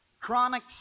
Chronic